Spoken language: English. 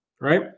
Right